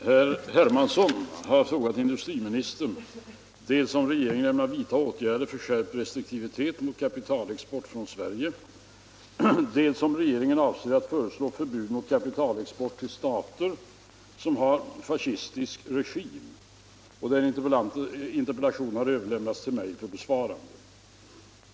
Herr talman! Herr Hermansson har frågat industriministern dels om regeringen ämnar vidta åtgärder för skärpt restriktivitet mot kapitalexport från Sverige, dels om regeringen avser att föreslå förbud mot kapitalexport till stater som har fascistisk regim. Interpellationen har överlämnats till mig för besvarande.